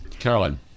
Carolyn